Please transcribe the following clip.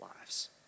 lives